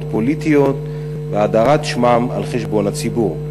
פוליטיות ולהאדרת שמם על חשבון הציבור.